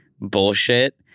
bullshit